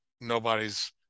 nobody's